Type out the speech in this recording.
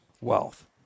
wealth